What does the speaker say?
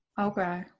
Okay